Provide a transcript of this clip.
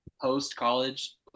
post-college